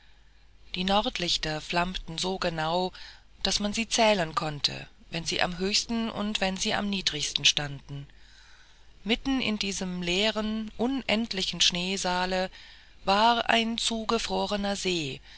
die nordlichter flammten so genau daß man sie zählen konnte wenn sie am höchsten und wenn sie am niedrigsten standen mitten in diesem leeren unendlichen schneesaale war ein zugefrorener see